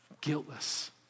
Guiltless